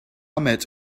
met